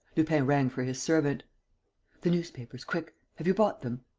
lupin rang for his servant the newspapers. quick. have you bought them?